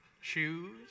shoes